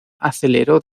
aceleró